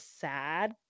sad